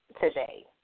today